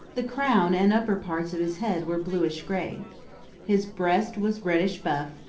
the crown and upper parts of his head were bluish-gray. his breast was reddish-buff,